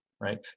right